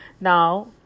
Now